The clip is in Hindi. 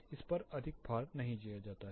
इस पर अधिक भार नहीं दिया जाता है